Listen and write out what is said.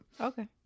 okay